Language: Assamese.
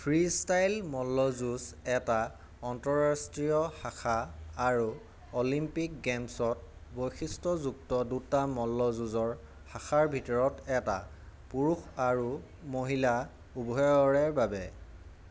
ফ্ৰীষ্টাইল মল্লযুঁজ এটা আন্তঃৰাষ্ট্ৰীয় শাখা আৰু অলিম্পিক গেমছত বৈশিষ্ট্যযুক্ত দুটা মল্লযুঁজৰ শাখাৰ ভিতৰত এটা পুৰুষ আৰু মহিলা উভয়ৰে বাবে